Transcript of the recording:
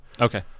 Okay